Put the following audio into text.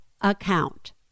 account